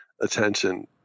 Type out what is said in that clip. attention